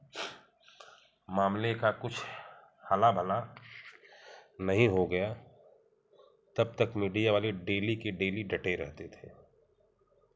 मामले का कुछ हला भला नहीं हो गया तब तक मीडिया वाले डेली के डेली डटे रहते थे